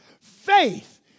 Faith